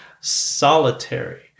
solitary